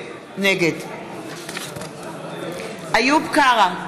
נגד איוב קרא,